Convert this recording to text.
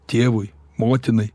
tėvui motinai